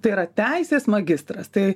tai yra teisės magistras tai